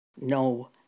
No